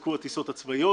יופסקו הטיסות הצבאיות,